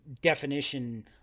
definition